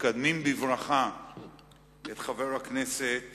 מקדמים בברכה את חבר הכנסת